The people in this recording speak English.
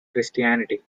christianity